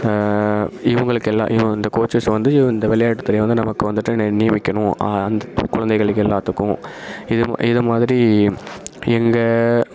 இவங்களுக்கு எல்லாம் இவங்க இந்த கோச்சஸ் வந்து இவ இந்த விளையாட்டுத்துறையை வந்து நமக்கு வந்துவிட்டு நி நியமிக்கணும் அந்த கு குழந்தைகளுக்கு எல்லாத்துக்கும் இது இதை மாதிரி எங்கள்